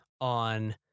on